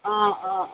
অঁ অঁ